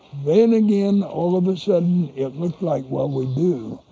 then again all of a sudden it looked like well we do.